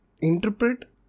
interpret